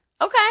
Okay